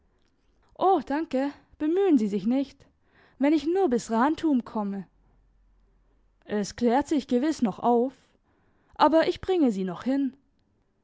o danke bemühen sie sich nicht wenn ich nur bis rantum komme es klärt sich gewiss noch auf aber ich bringe sie noch hin